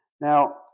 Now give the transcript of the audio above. Now